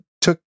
took